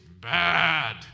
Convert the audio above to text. bad